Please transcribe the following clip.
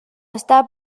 està